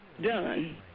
done